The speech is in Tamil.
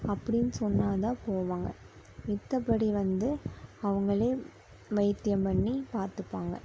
அப்படின்னு சொன்னால் தான் போவாங்க மத்தபடி வந்து அவங்களே வைத்தியம் பண்ணி பார்த்துப்பாங்க